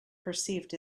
perceived